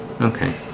Okay